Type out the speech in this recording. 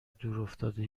دورافتاده